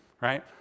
right